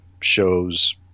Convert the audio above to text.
shows